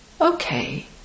Okay